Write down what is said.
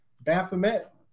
Baphomet –